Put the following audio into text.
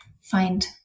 find